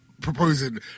proposing